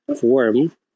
form